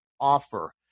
offer